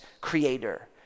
creator